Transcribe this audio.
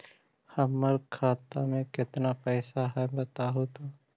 हमर खाता में केतना पैसा है बतहू तो?